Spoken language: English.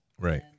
Right